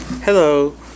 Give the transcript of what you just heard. Hello